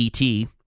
ET